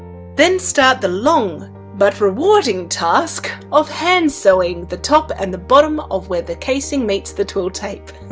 then start the long but rewarding task of hand sewing the top and the bottom of where the casing meets the twill tape.